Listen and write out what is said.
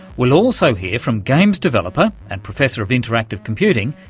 we'll also hear from games developer and professor of interactive computing,